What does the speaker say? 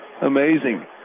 amazing